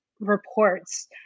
reports